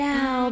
Now